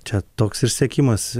čia toks išsekimas